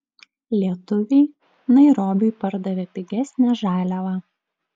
lietuviai nairobiui pardavė pigesnę žaliavą